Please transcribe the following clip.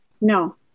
No